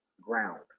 ground